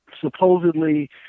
supposedly